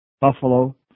Buffalo